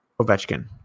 Ovechkin